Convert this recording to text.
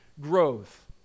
growth